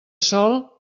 sol